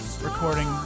recording